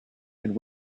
and